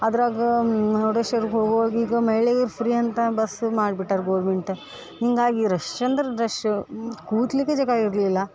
ಅದರಾಗ ಮುರ್ಡೇಶ್ವರಕ್ಕೆ ಹೋಗುವಾಗ ಈಗ ಮಹಿಳೆಯರು ಫ್ರೀ ಅಂತ ಬಸ್ ಮಾಡ್ಬಿಟ್ಟಾರ ಗೌರ್ಮೆಂಟ ಹೀಗಾಗಿ ರಶ್ ಅಂದರೆ ರಶ್ಶ ಕೂತ್ಲಿಕ್ಕೆ ಜಾಗ ಇರಲಿಲ್ಲ